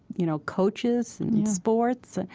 you know, coaches and in sports.